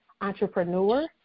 entrepreneur